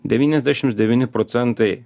devyniasdešims devyni procentai